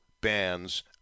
bands